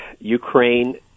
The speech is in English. Ukraine